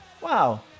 Wow